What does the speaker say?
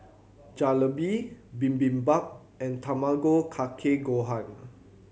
Jalebi Bibimbap and Tamago Kake Gohan